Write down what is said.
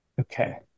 Okay